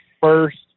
first